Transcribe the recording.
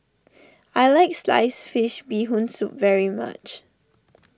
I like Sliced Fish Bee Hoon Soup very much